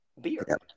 Beer